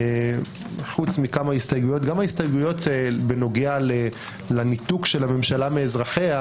חוץ מכמה הסתייגויות גם ההסתייגויות בנוגע לניתוק של הממשלה מאזרחיה,